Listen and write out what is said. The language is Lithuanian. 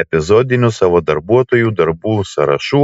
epizodinių savo darbuotojų darbų sąrašų